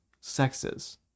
sexes